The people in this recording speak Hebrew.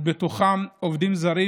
ובתוכם עובדים זרים,